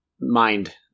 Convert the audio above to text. mind